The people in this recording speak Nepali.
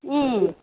उम्म